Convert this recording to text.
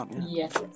yes